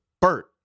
Bert